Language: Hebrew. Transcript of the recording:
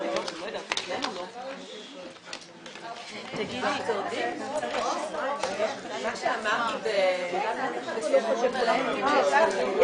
בשעה 13:59.